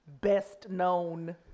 best-known